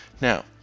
Now